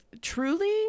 truly